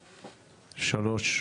שלוש,